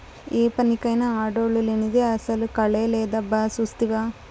ఏ పనికైనా ఆడోల్లు లేనిదే అసల కళే లేదబ్బా సూస్తివా